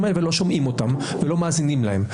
האלה ולא שומעים אותם ולא מאזינים להם.